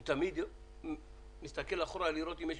הוא תמיד מסתכל אחורה לראות אם יש